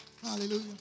Hallelujah